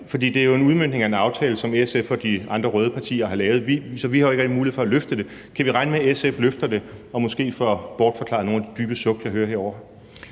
For det er jo en udmøntning af en aftale, som SF og de andre røde partier har lavet, så vi har jo ikke rigtig mulighed for at løfte det. Kan vi regne med, at SF løfter det og måske får bortforklaret nogle af de dybe suk, jeg hører herovre?